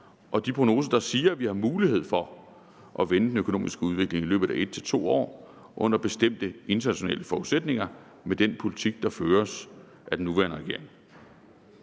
de prognoser, der siger, at vi har mulighed for at vende den økonomiske udvikling i løbet af 1-2 år under bestemte internationale forudsætninger med den politik, der føres af den nuværende regering.